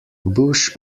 bush